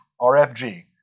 RFG